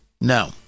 no